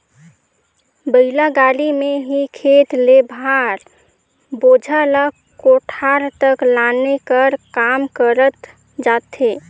बइला गाड़ी मे ही खेत ले भार, बोझा ल कोठार तक लाने कर काम करल जाथे